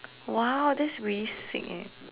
!wow! that's really sick eh